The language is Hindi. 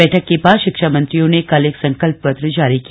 बैठक के बाद शिक्षामंत्रियों ने एक संकल्प पत्र जारी किया